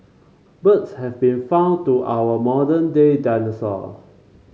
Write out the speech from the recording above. birds have been found to our modern day dinosaur